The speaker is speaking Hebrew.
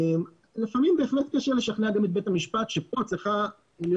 ולפעמים בהחלט קשה לשכנע את בית המשפט שפה צריכה להיות